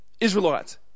Israelites